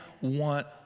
want